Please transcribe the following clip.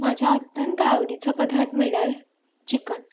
म्हाज्या अत्यंत आवडिचो पदार्थ म्हळ्यार चिकन